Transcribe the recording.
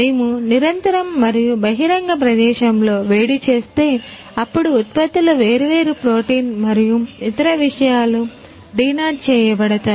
మేము నిరంతరం మరియు బహిరంగ ప్రదేశంలో వేడి చేస్తే అప్పుడు ఉత్పత్తులు వేర్వేరు ప్రోటీన్ మరియు ఇతర విషయాలు డీనాట్ చేయబడతాయి